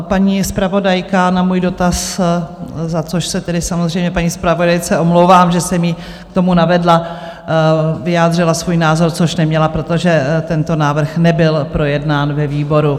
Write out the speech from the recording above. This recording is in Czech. Paní zpravodajka na můj dotaz za což se tedy samozřejmě paní zpravodajce omlouvám, že jsem ji k tomu navedla vyjádřila svůj názor, což neměla, protože tento návrh nebyl projednán ve výboru.